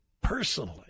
personally